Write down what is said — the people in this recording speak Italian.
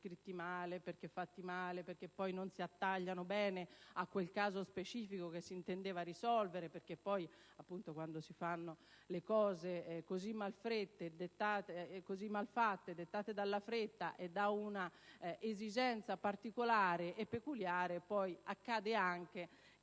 perché non si attagliano bene a quel caso specifico che si intendeva risolvere. D'altra parte, quando si fanno le cose così mal fatte e dettate dalla fretta per un'esigenza particolare e peculiare, poi accade anche che questi